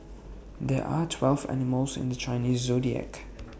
there are twelve animals in the Chinese Zodiac